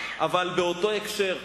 אבל באותו הקשר.